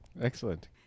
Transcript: Excellent